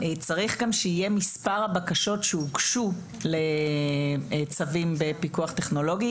צריך גם שיהיה מספר הבקשות שהוגשו לצווים בפיקוח טכנולוגי